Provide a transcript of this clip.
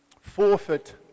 forfeit